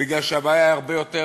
מפני שהבעיה היא הרבה יותר